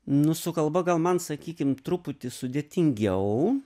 nu su kalba gal man sakykim truputį sudėtingiau